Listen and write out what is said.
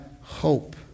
hope